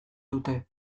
dute